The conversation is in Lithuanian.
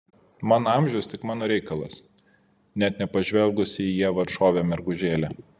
mano amžius tik mano reikalas net nepažvelgusi į ievą atšovė mergužėlė